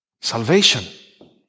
Salvation